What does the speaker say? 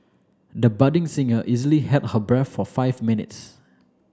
the budding singer easily held her breath for five minutes